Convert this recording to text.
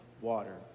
water